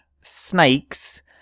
snakes